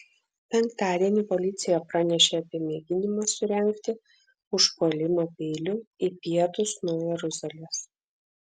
penktadienį policija pranešė apie mėginimą surengti užpuolimą peiliu į pietus nuo jeruzalės